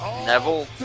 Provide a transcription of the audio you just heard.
Neville